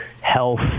health